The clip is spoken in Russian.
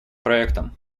проектам